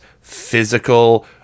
physical